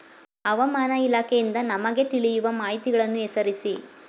ಹವಾಮಾನ ಇಲಾಖೆಯಿಂದ ನಮಗೆ ತಿಳಿಯುವ ಮಾಹಿತಿಗಳನ್ನು ಹೆಸರಿಸಿ?